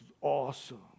awesome